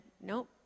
nope